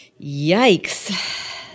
Yikes